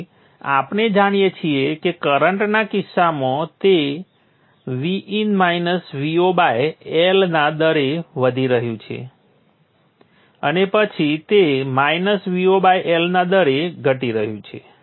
તેથી આપણે જાણીએ છીએ કે કરંટના કિસ્સામાં તે Vin -Vo L ના દરે વધી રહ્યું છે અને પછી તે Vo L ના દરે ઘટી રહ્યું છે